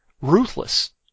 ruthless